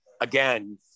again